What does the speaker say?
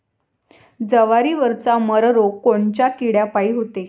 जवारीवरचा मर रोग कोनच्या किड्यापायी होते?